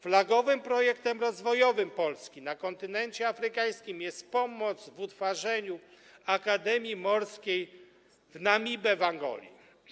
Flagowym projektem rozwojowym Polski na kontynencie afrykańskim jest pomoc w utworzeniu akademii morskiej w Namibe w Angoli.